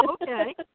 Okay